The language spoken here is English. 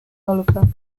oliver